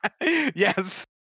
Yes